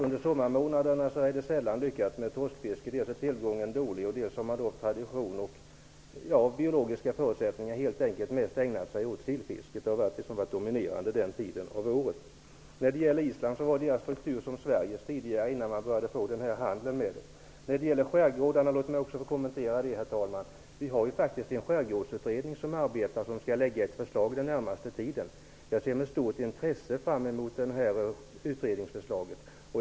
Under sommarmånaderna är det sällan lyckat med torskfiske -- dels är tillgången dålig, dels har man då av tradition och av biologiska skäl mest ägnat sig åt sillfisket; det har varit det dominerande under den tiden av året. När det gäller Island vill jag säga att man där har en struktur på fisket som Sverige hade tidigare, innan vi började få den här handeln. Låt mig också få kommentera det som sagts om skärgårdarna, herr talman! Vi har faktiskt en skärgårdsutredning som arbetar och som skall lägga fram ett förslag inom den närmaste tiden. Jag ser med stort intresse fram mot det utredningsförslaget.